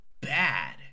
bad